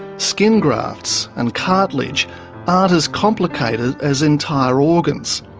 skin grafts and cartilage aren't as complicated as entire organs,